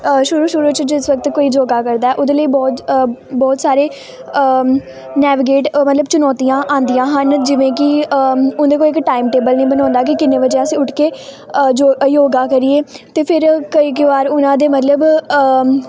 ਸ਼ੁਰੂ ਸ਼ੁਰੂ 'ਚ ਜੇ ਸਾਤ ਕੋਈ ਯੋਗਾ ਕਰਦਾ ਉਹਦੇ ਲਈ ਬਹੁਤ ਬਹੁਤ ਸਾਰੇ ਨੈਵਗੇਟ ਅ ਮਤਲਬ ਚੁਣੌਤੀਆਂ ਆਉਂਦੀਆਂ ਹਨ ਜਿਵੇਂ ਕਿ ਉਹਦੇ ਕੋਲ ਕੋਈ ਇੱਕ ਟਾਈਮ ਟੇਬਲ ਨਹੀਂ ਬਣਾਉਂਦਾ ਕਿ ਕਿੰਨੇ ਵਜੇ ਉੱਠ ਕੇ ਅ ਜੋ ਅ ਯੋਗਾ ਕਰੀਏ ਅਤੇ ਫਿਰ ਕਈ ਕਈ ਵਾਰ ਉਹਨਾਂ ਦੇ ਮਤਲਬ